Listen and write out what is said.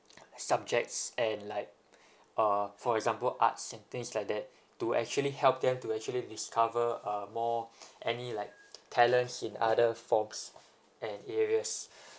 subjects and like uh for example arts and things like that to actually help them to actually discover uh more any like talents in other forms and areas